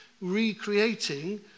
recreating